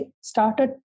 started